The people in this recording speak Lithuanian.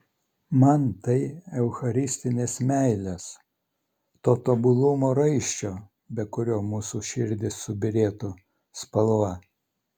man tai eucharistinės meilės to tobulumo raiščio be kurio mūsų širdys subyrėtų spalva